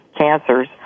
cancers